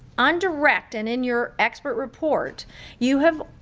on direct and in your expert report you have